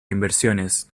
inversiones